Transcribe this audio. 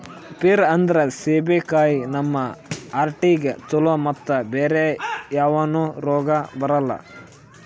peer ಅಂದ್ರ ಸೀಬೆಕಾಯಿ ನಮ್ ಹಾರ್ಟಿಗ್ ಛಲೋ ಮತ್ತ್ ಬ್ಯಾರೆ ಯಾವನು ರೋಗ್ ಬರಲ್ಲ್